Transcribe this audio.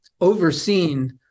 overseen